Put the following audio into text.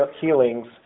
healings